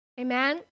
Amen